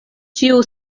ĉiu